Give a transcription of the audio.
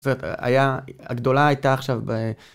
היה, הגדולה הייתה עכשיו...